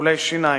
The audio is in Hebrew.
טיפולי שיניים,